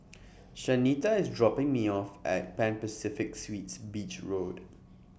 Shanita IS dropping Me off At Pan Pacific Suites Beach Road